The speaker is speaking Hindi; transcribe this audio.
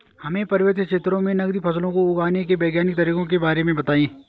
हमें पर्वतीय क्षेत्रों में नगदी फसलों को उगाने के वैज्ञानिक तरीकों के बारे में बताइये?